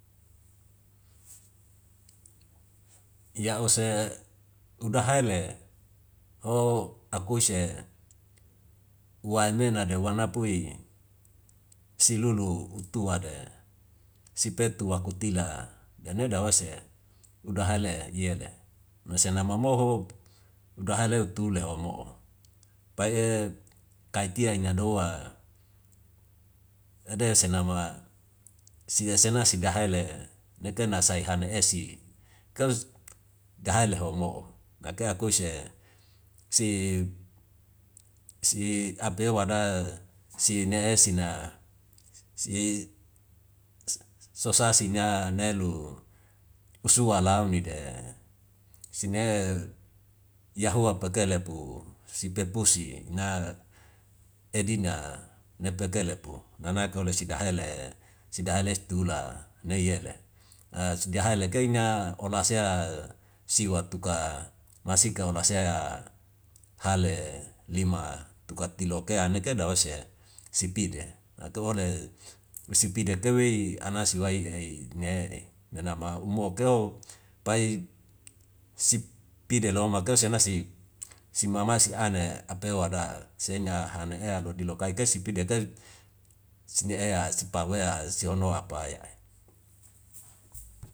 Ya ose uda haile akuise waenena de wana pui silulu utua de sipetu aku tila dane da ose uda haele yele nose nama moho uda haele tule ho mo'o. Pai kai tia ina doa nade senama sia se nasi da hai le nekena sai han esi dahae lehomo. Ake akuise si apewada si ne esi na si sosasi na nelu usua launi de sine yahua pake lepu sipe pusi na edina nepeke lepu nanake ole sida hai le sida hai les tula nei yele. sude hai lai kena ona sea siwa tuka masika ola sea hale lima tukati loke aneke da ose sipide. Naka ole sipida ke wei ana si wai nana ma umo keu pai sipide lauma keu senasi si mama si ane ape wada sei na'a hana ea lodi lo kai kesipi de ke sine ea sipawea si hono apaya.